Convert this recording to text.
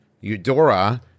Eudora